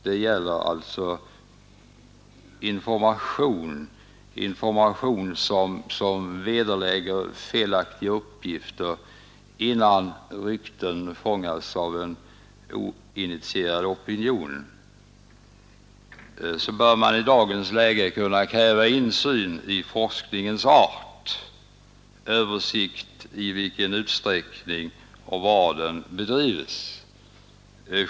Det gäller alltså information som vederlägger felaktiga uppgifter, innan rykten fångas upp av en oinitierad opinion. Man bör i dagens läge kunna kräva insyn i forskningens art, i vilken utsträckning och var den bedrives.